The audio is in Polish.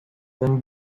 ten